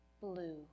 blue